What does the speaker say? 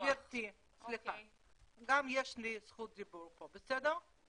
גברתי, סליחה, גם לי יש זכות דיבור פה, בסדר?